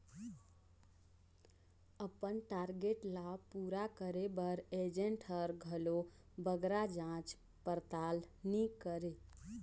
अपन टारगेट ल पूरा करे बर एजेंट हर घलो बगरा जाँच परताल नी करे